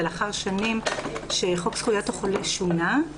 ולאחר שנים שחוק זכויות החולה שונה,